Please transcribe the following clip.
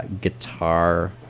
guitar